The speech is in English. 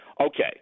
Okay